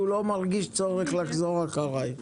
שהוא לא מרגיש צורך לחזור אחריי.